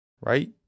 right